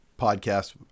podcast